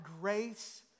grace